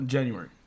January